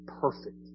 perfect